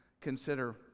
consider